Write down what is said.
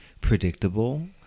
predictable